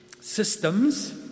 systems